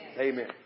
Amen